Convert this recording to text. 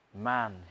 man